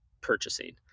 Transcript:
purchasing